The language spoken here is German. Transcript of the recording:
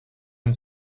und